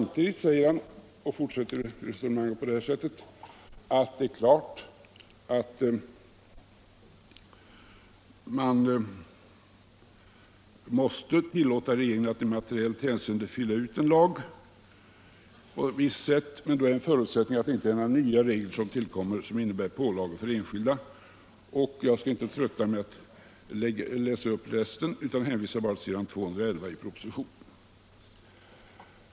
I fortsättningen av sitt resonemang säger han att det är klart att man måste tillåta att regeringen i materiellt hänseende ”fyller ut” en lag på visst sätt. Men då är en förutsättning att det inte tillkommer några nya regler som innebär pålagor för den enskilde. Jag skall inte trötta med att läsa upp resten utan hänvisar bara till s. 211 i propositionen 1973:90.